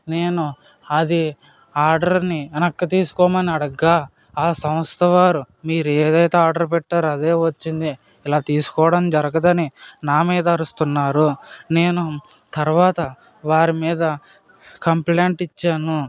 నేను అది ఆర్డర్ ని వెనక్కి తీసుకోమని అడుగగా ఆ సంస్థ వారు మీరు ఏదైతే ఆర్డర్ పెట్టారో అదే వచ్చింది ఇలా తీసుకోవడం జరగదు అని నా మీద అరుస్తున్నారు నేను తరవాత వారి మీద కంప్లైంట్ ఇచ్చాను